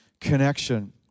connection